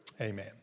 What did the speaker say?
Amen